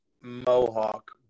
mohawk